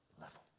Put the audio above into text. level